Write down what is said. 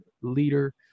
leader